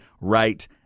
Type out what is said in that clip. right